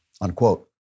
unquote